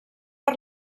per